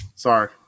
Sorry